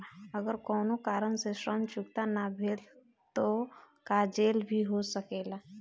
अगर कौनो कारण से ऋण चुकता न भेल तो का जेल भी हो सकेला?